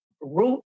root